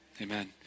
Amen